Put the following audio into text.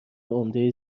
عمده